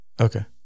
Okay